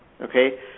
Okay